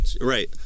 right